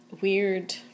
weird